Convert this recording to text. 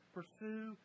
Pursue